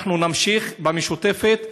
אנחנו נמשיך במשותפת,